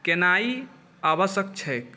केनाइ आवश्यक छै